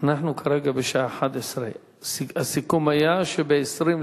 אנחנו כרגע בשעה 23:00. הסיכום היה שב-23:40